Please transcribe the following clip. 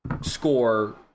score